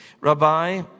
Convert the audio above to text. Rabbi